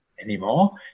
anymore